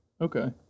Okay